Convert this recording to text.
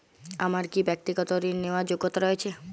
আমার কী ব্যাক্তিগত ঋণ নেওয়ার যোগ্যতা রয়েছে?